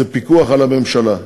זה פיקוח על הממשלה.